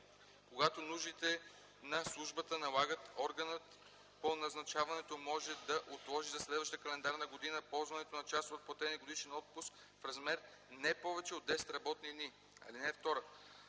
Когато нуждите на службата налагат, органът по назначаването може да отложи за следващата календарна година ползването на част от платения годишен отпуск в размер не повече от 10 работни дни.